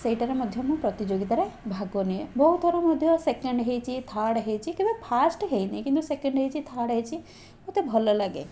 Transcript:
ସେଇଟାରେ ମଧ୍ୟ ମୁଁ ପ୍ରତିଯୋଗିତାରେ ଭାଗ ନିଏ ବହୁତଥର ମଧ୍ୟ ସେକେଣ୍ଡ ହେଇଛି ଥାର୍ଡ଼ ହେଇଛି କେବେ ଫାଷ୍ଟ୍ ହେଇନି କିନ୍ତୁ ସେକେଣ୍ଡ ହେଇଚି ଥାର୍ଡ଼ ହେଇଛି ମୋତେ ଭଲ ଲାଗେ